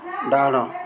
ଡାହାଣ